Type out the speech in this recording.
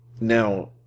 Now